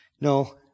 No